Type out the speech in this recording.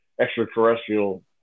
extraterrestrial